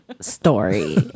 story